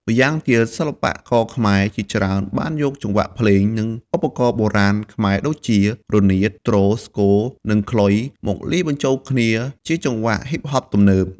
ម្យ៉ាងទៀត សិល្បករខ្មែរជាច្រើនបានយកចង្វាក់ភ្លេង និងឧបករណ៍បុរាណខ្មែរដូចជា រនាត ទ្រ ស្គរ និង ខ្លុយ មកលាយបញ្ចូលគ្នាជាមួយចង្វាក់ ហ៊ីបហប ទំនើប។